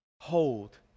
hold